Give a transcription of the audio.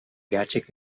gerçek